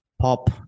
pop